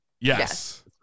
Yes